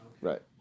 Right